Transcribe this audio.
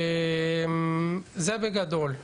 זה בגדול.